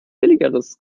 billigeres